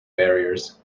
barriers